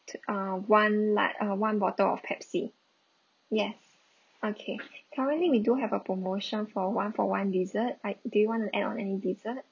two uh one la~ uh one bottle of pepsi yes okay currently we do have a promotion for one-for-one dessert I do you want to add on any dessert